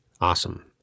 Awesome